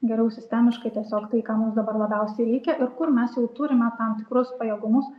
geriau sistemiškai tiesiog tai ką mums dabar labiausiai reikia ir kur mes jau turime tam tikrus pajėgumus